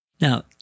Now